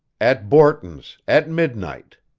at borton's, at midnight.